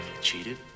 cheated